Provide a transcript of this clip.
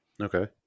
Okay